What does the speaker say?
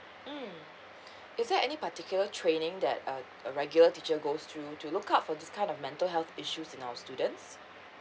mm is there any particular training that uh a regular teacher goes to to look out for this kind of mental health issues in our students